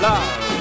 Love